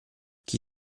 chi